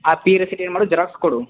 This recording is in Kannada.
ಆ ಪೀ ರೆಸಿಟ್ ಏನು ಮಾಡು ಜೆರಾಕ್ಸ್ ಕೊಡು